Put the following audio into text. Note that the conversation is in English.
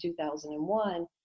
2001